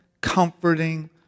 comforting